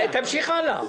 תמשיך הלאה.